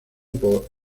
por